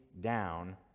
down